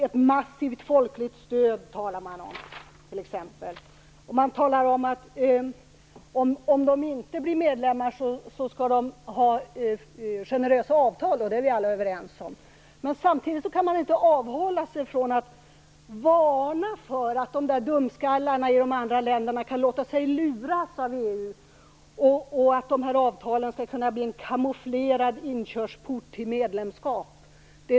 Man talar t.ex. om ett massivt folkligt stöd. Man talar också om att om länderna inte blir medlemmar skall de ha generösa avtal, och det är vi alla överens om. Samtidigt kan Miljöpartiet inte avhålla sig från att varna för att de där dumskallarna i de andra länderna kan låta sig luras av EU, och för att avtalen skulle kunna bli en kamouflerad inkörsport till medlemskap.